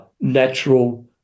natural